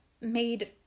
made